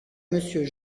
monsieur